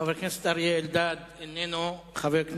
חבר הכנסת אריה אלדד, איננו נוכח.